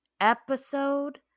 episode